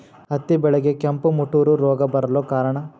ಹತ್ತಿ ಬೆಳೆಗೆ ಕೆಂಪು ಮುಟೂರು ರೋಗ ಬರಲು ಕಾರಣ?